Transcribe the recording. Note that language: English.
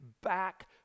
back